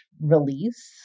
release